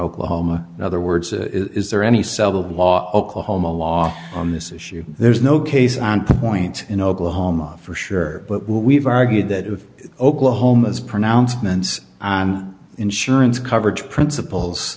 oklahoma in other words is there any settled law oklahoma law on this issue there's no case on point in oklahoma for sure but we've argued that if oklahoma's pronouncements on insurance coverage principles